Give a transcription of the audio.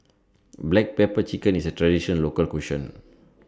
Black Pepper Chicken IS A Traditional Local Cuisine